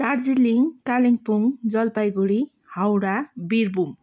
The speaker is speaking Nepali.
दार्जिलिङ कालेम्पोङ जलपाइगढी हाउडा विरभुम